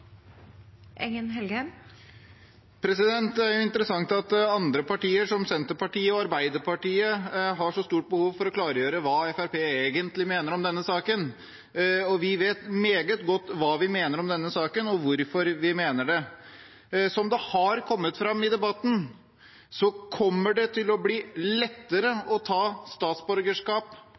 Senterpartiet og Arbeiderpartiet, har så stort behov for å klargjøre hva Fremskrittspartiet egentlig mener om denne saken. Vi vet meget godt hva vi mener om denne saken, og hvorfor vi mener det. Som det har kommet fram i debatten, kommer det til å bli lettere å frata statsborgerskap